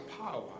power